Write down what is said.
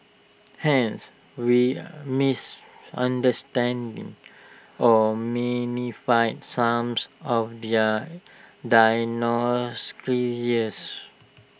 hence we misunderstand or some of their